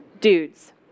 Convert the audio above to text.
dudes